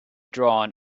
drawn